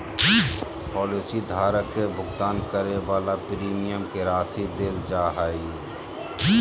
policy धारक के भुगतान करे वाला प्रीमियम के राशि देल जा हइ